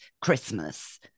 Christmas